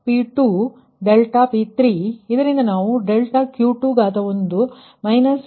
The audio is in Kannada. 426 ಅದು ಡೆಲ್ಟಾ ∆P2 ∆P3ಇದರಿಂದ ನಾವು ∆2ವು 0